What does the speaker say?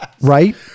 right